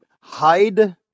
hide